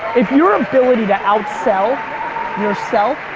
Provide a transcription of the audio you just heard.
if your ability to outsell yourself